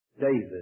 David